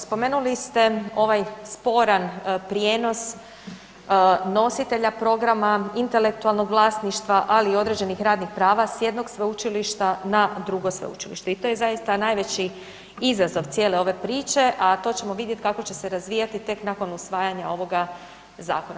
Spomenuli ste ovaj sporan prijenos nositelja programa, intelektualnog vlasništva, ali i određenih radnih prava s jednog sveučilišta na drugo sveučilište i to je zaista najveći izazov cijele ove priče, a to ćemo vidjeti kako će se razvijati tek nakon usvajanja ovoga zakona.